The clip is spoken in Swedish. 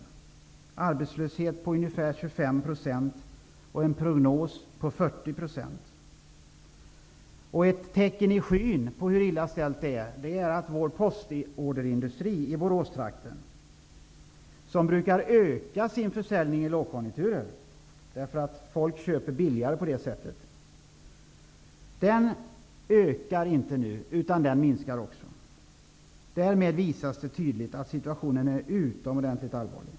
Där har man en arbetslöshet på ungefär 25 % och en prognos på 40 %. Att vår postorderindustri i Boråstrakten -- som brukar öka sin försäljning i lågkonjunkturer, eftersom folk köper billigare på det sättet -- inte ökar sin försäljning utan minskar den är ett tecken i skyn på hur illa ställt det är. Därmed visas det tydligt att situationen är utomordentlig allvarlig.